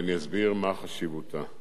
ואסביר מה חשיבותה.